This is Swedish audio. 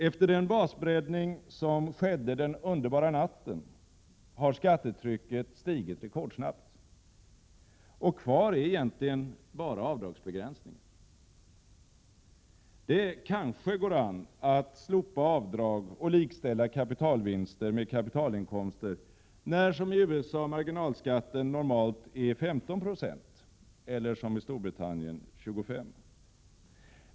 Efter den basbreddning som skedde den underbara natten har skattetrycket stigit rekordsnabbt, och kvar är egentligen bara avdragsbegränsningen. Det kanske går an att slopa avdrag och likställa kapitalvinster med kapitalinkomster, när som i USA marginalskatten normalt är 15 96 eller som i Storbritannien 25.